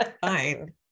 fine